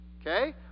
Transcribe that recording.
Okay